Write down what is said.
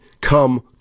come